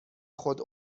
خود